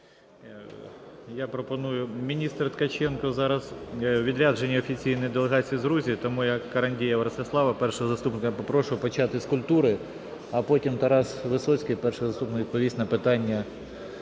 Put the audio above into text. О.М. Міністр Ткаченко зараз у відрядженні з офіційною делегацією в Грузії. Тому я Карандєєва Ростислава, першого заступника, попрошу почати з культури, а потім Тарас Висоцький, перший заступник, відповість на питання